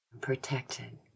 Protected